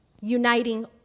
uniting